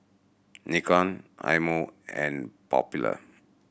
Nikon Eye Mo and Popular